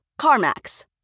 CarMax